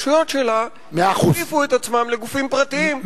יכפיפו עצמן לגופים פרטיים,